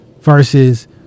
versus